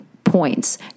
Points